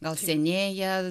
gal senėja